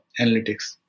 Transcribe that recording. analytics